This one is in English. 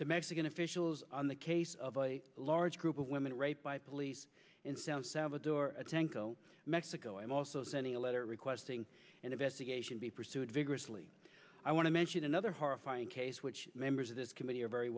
to mexican officials on the case of a large group of women raped by police in south salvador atenco mexico and also sending a letter requesting an investigation be pursued vigorously i want to mention another horrifying case which members of this committee are very